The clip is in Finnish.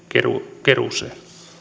keruuseen keruuseen